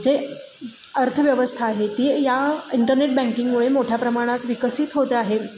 जे अर्थव्यवस्था आहे ती या इंटरनेट बँकिंगमुळे मोठ्या प्रमाणात विकसित होते आहे